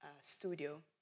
studio